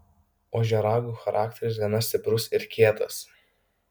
ožiaragių charakteris gana stiprus ir kietas